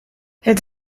het